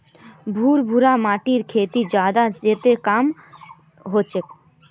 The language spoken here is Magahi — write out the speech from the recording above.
भुर भुरा माटिर खेती ज्यादा होचे या कम होचए?